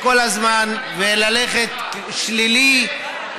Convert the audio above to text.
כל הזמן ללכת שלילי,